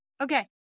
Okay